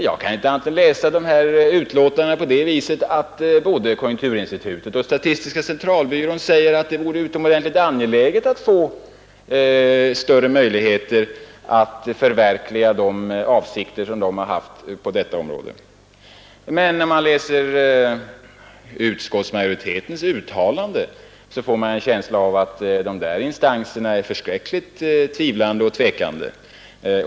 Jag kan inte läsa remissyttrandena på annat sätt än att både konjunkturinstitutet och statistiska centralbyrån anser det vara utomordentligt angeläget att få ökade möjligheter att förverkliga de planer man haft och har på detta område. Men om vi läser vad utskottsmajoriteten skriver, så får vi en känsla av att dessa instanser är mycket tvivlande och tvekande.